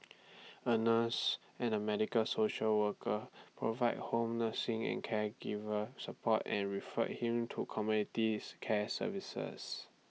A nurse and A medical social worker provided home nursing and caregiver support and referred him to communities care services